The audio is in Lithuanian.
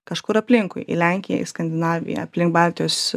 kažkur aplinkui į lenkiją į skandinaviją aplink baltijos